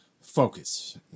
focus